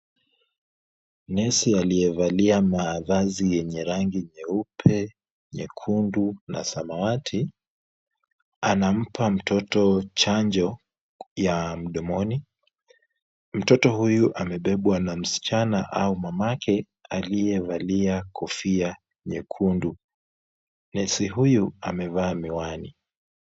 Nesi aliyevalia mavazi yenye rangi nyeupe, nyekundu na samawati anampa mtoto chanjo ya mdomoni. Mtoto huyu amebebwa na msichana au mamake aliyevalia kofia nyekundu. Nesi huyu amevaa miwani.